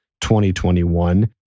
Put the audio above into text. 2021